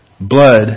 Blood